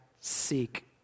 seek